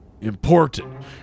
important